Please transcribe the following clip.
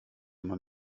man